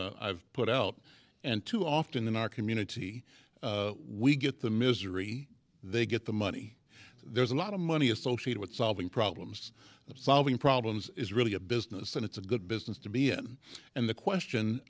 have put out and too often in our community we get the misery they get the money there's a lot of money associated with solving problems solving problems is really a business and it's a good business to be in and the question